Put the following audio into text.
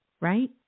right